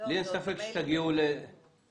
אני לא מסכים שזה לא פתור.